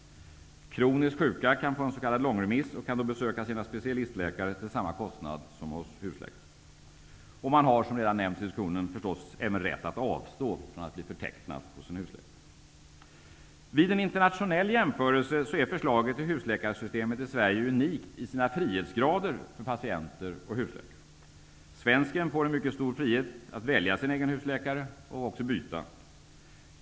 Kroniskt sjuka kan få en s.k. långremiss och betalar då samma kostnad vid besök hos sina specialistläkare som vid besök hos sin husläkare. Vidare har man, som redan nämnts i debatten, förstås även rätt att avstå från att bli förtecknad hos en husläkare. Vid en internationell jämförelse är förslaget till husläkarsystem i Sverige unikt i sina frihetsgrader för patienter och läkare. Svensken får en mycket stor frihet att välja sin egen husläkare och också byta.